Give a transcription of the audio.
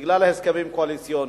בגלל הסכמים קואליציוניים,